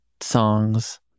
songs